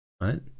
right